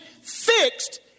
fixed